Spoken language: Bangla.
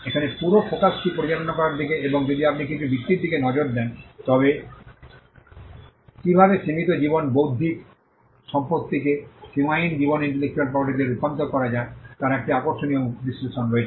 এখানে পুরো ফোকাসটি পরিচালনা করার দিকে এবং যদি আপনি কিছু বৃত্তির দিকে নজর দেন তবে কীভাবে সীমিত জীবন বৌদ্ধিক সম্পত্তিকে সীমাহীন জীবন ইন্টেলেকচুয়াল প্রপার্টি তে রূপান্তর করা যায় তার একটি আকর্ষণীয় বিশ্লেষণ রয়েছে